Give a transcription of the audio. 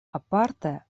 aparte